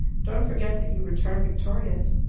don't forget that you return victorious.